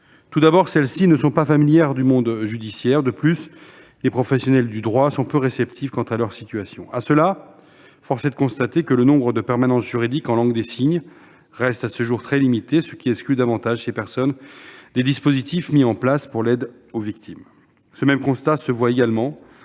Tout d'abord, celles-ci ne sont pas familières du monde judiciaire, et les professionnels du droit sont peu réceptifs à leur situation. Ensuite, force est de constater que le nombre de permanences juridiques en langue des signes reste à ce jour très limité, ce qui exclut encore davantage ces personnes des dispositifs mis en place pour l'aide aux victimes. Le même constat peut également